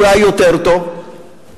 אולי יותר טוב אבל,